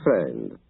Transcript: friend